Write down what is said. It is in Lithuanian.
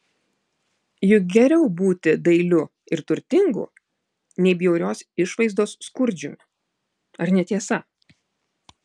juk geriau būti dailiu ir turtingu nei bjaurios išvaizdos skurdžiumi ar ne tiesa